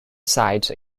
site